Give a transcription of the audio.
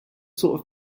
sort